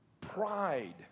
pride